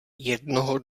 jednoho